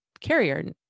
carrier